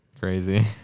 Crazy